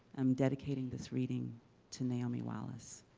i'm dedicating this reading to naomi wallace.